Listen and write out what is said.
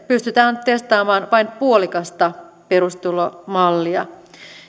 pystytään testaamaan vain puolikasta perustulomallia